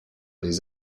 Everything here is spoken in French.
les